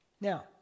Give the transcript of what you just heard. Now